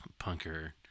punker